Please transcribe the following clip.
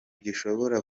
gishobora